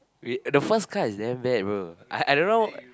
wait the first card is damn bad bro I I don't know